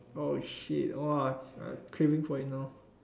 oh shit craving for it now